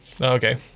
Okay